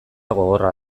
gogorra